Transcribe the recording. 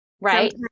right